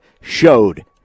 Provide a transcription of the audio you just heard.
showed